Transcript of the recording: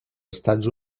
estats